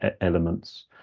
elements